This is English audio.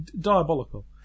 diabolical